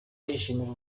yishimira